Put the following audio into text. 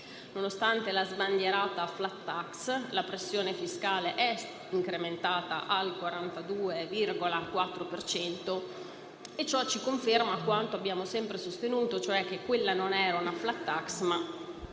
nonostante la sbandierata *flat tax*, la pressione fiscale è incrementata al 42,4 per cento e ciò ci conferma quanto abbiamo sempre sostenuto, ossia che quella non era una *flat tax* ma